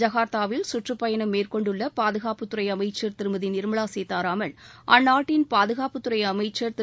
ஜகார்த்தாவில் சுற்றுப்பயணம் மேற்கொண்டுள்ள பாதுகாப்புத்துறை அமைச்சர் திருமதி நிர்மலா சீதாராமன் அந்நாட்டின் பாதுகாப்புத்துறை அமைச்சர் திரு